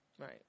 Right